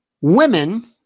Women